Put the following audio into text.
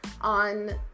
on